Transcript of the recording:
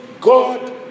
God